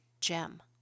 gem